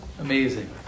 Amazing